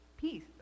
peace